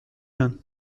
یان